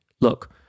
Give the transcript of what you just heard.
Look